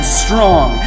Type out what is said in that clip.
strong